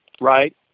right